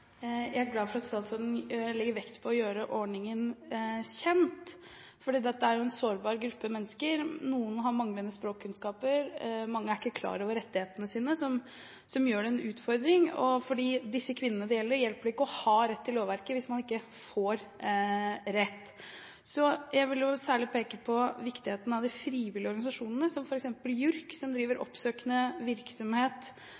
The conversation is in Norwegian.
Jeg er glad for at statsråden legger vekt på å gjøre ordningen kjent, fordi dette gjelder en sårbar gruppe mennesker. Noen har manglende norskkunnskaper, og mange er ikke klar over rettighetene sine, noe som gjør det til en utfordring. For disse kvinnene det gjelder, hjelper det ikke å ha rett i lovverket hvis de ikke får rett. Jeg vil særlig peke på viktigheten av de frivillige organisasjonene, som f.eks. JURK, som driver